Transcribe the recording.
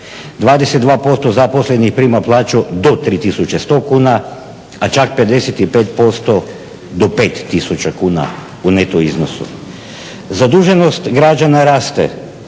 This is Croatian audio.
22% zaposlenih prima plaću do 3100 kuna, a čak 55% do 5000 kuna u neto iznosu. Zaduženost građana raste.